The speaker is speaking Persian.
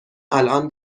الان